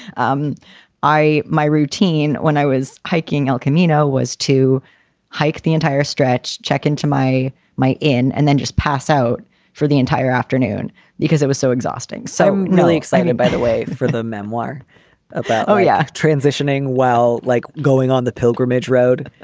um i my routine when i was hiking el camino was to hike the entire stretch, check into my my inn and then just pass out for the entire afternoon because it was so exhausting so really excited, by the way, for the memoir about. oh, yeah, transitioning well like going on the pilgrimage road.